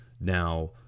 Now